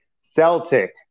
Celtic